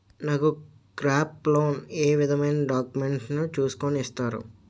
నాకు crop loan ఏ విధమైన డాక్యుమెంట్స్ ను చూస్కుని ఇస్తారు?